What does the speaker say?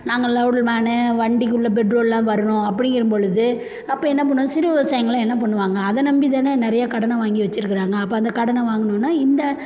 நாங்கள் load man வண்டிக்குள்ளே பெட்ரோலெலாம் வரணும் அப்படிங்கிறபொலுது அப்போது என்ன பண்ணுவாங்க சிறு விவசாயிங்களெலாம் என்ன பண்ணுவாங்க அதை நம்பி தானே நிறையா கடனை வாங்கி வச்சிருக்கிறாங்க அப்போது அந்த கடனை வாங்கணும்னா இந்த